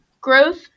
growth